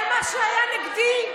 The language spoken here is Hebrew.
על מה שהיה נגדי,